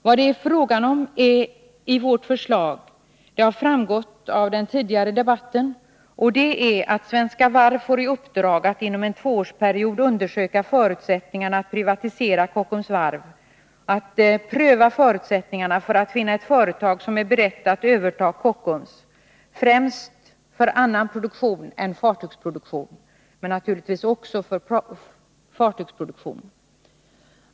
Vad det är fråga om i vårt förslag är — det har framgått av den tidigare debatten — att Svenska Varv får i uppdrag att inom en tvåårsperiod undersöka förutsättningarna för att privatisera Kockums, att pröva förutsättningarna för att finna ett företag som är berett att överta Kockums, främst för annan produktion än fartygsproduktion, men naturligtvis också för sådan.